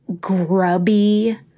grubby